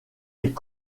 est